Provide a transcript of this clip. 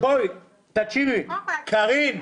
קודם כול --- קארין,